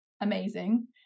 amazing